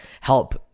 help